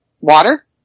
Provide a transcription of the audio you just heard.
water